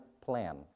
plan